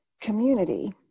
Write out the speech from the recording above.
community